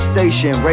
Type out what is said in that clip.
Station